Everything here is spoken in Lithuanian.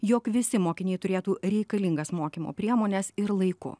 jog visi mokiniai turėtų reikalingas mokymo priemones ir laiku